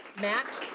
max?